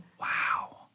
Wow